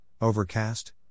Overcast